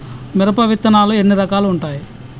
మిరప విత్తనాలు ఎన్ని రకాలు ఉంటాయి?